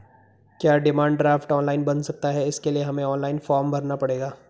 क्या demand draft online बन सकता है इसके लिए हमें ऑनलाइन फॉर्म भरना पड़ेगा?